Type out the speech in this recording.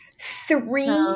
Three